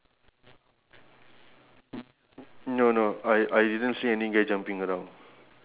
oh I think that's one of the difference ah that's why I circle